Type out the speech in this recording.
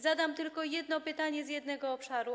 Zadam tylko jedno pytanie, z jednego obszaru.